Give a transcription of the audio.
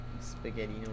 spaghetti